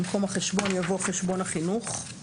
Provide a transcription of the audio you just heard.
במקום "החשבון" יבוא "חשבון החינוך";